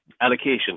allocation